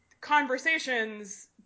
conversations